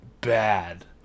bad